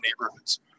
neighborhoods